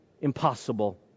impossible